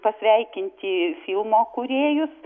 pasveikinti filmo kūrėjus